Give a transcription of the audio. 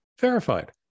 verified